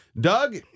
Doug